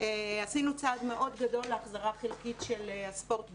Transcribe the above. עשינו צעד מאוד גדול להחזרה חלקית של הספורט בישראל.